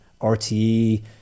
RTE